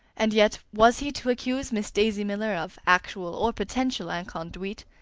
and yet was he to accuse miss daisy miller of actual or potential inconduite,